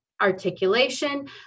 articulation